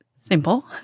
Simple